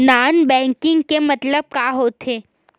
Non banking के मतलब का होथे?